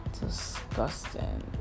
disgusting